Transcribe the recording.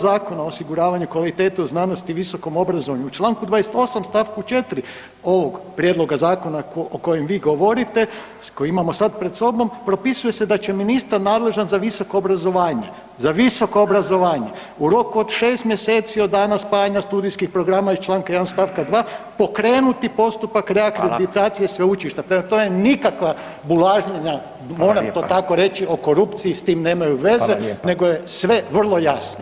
Zakona o osiguravanju kvalitete u znanosti i visokom obrazovanju, u čl. 28. st. 4. ovog prijedloga zakona o kojem vi govorite, koji imamo sad pred sobom, propisuje se da će ministar nadležan za visoko obrazovanje, za visoko obrazovanje u roku od 6 mjeseci od dana spajanja studijskih programa iz čl. 1. st. 2. pokrenuti postupak reakreditacije sveučilišta, [[Upadica Radin: Hvala lijepa.]] prema tome nikakva bulažnjenja, moram to tako reći o korupciji s tim nemaju veze [[Upadica Radin: Hvala lijepa.]] nego je sve vrlo jasno.